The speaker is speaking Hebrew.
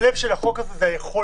הלב של החוק הזה זה היכולת,